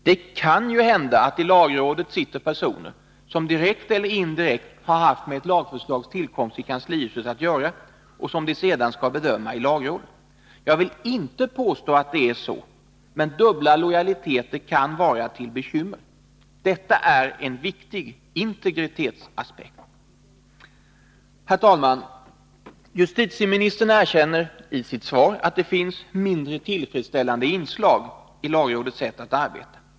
Det kan ju hända att det i lagrådet sitter personer som direkt eller indirekt i kanslihuset har haft att göra med tillkomsten av ett lagförslag som de sedan skall bedöma i lagrådet. Jag påstår inte att det är så, men dubbla lojaliteter kan vara till bekymmer. Detta är en viktig integritetsaspekt. Herr talman! Justitieministern erkänner i sitt svar att det finns mindre tillfredsställande inslag i lagrådets sätt att arbeta.